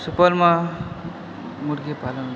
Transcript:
सुपौलमे मुर्गी पालन